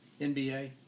NBA